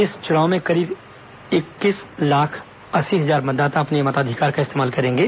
इस चुनाव में करीब इकतीस लाख अस्सी हजार मतदाता अपने मताधिकार का इस्तेमाल करेंगे